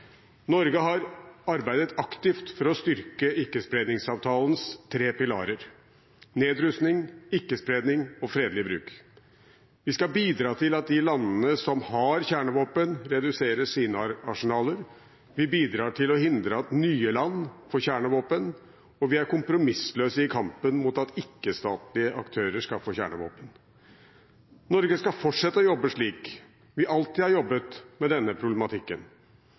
Norge har arbeidet aktivt for å styrke ikkespredningsavtalens tre pilarer – nedrustning, ikke-spredning og fredelig bruk. Vi skal bidra til at de landene som har kjernevåpen, reduserer sine arsenaler. Vi bidrar til å hindre at nye land får kjernevåpen, og vi er kompromissløse i kampen mot at ikke-statlige aktører skal få kjernevåpen. Norge skal fortsette å jobbe slik vi alltid har jobbet med denne problematikken,